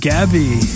Gabby